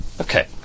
Okay